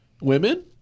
Women